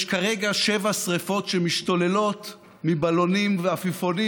יש כרגע שבע שרפות שמשתוללות מבלונים ועפיפונים